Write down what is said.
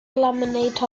laminate